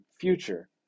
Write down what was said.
future